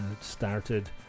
started